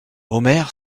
omer